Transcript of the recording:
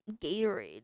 Gatorade